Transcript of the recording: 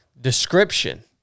description